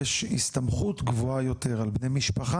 יש הסתמכות גבוהה יותר על בני משפחה?